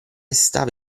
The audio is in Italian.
stava